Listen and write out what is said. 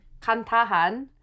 Kantahan